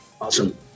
awesome